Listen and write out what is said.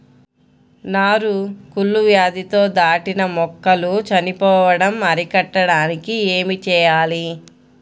నారు కుళ్ళు వ్యాధితో నాటిన మొక్కలు చనిపోవడం అరికట్టడానికి ఏమి చేయాలి?